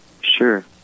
sure